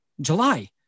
July